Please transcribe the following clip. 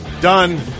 Done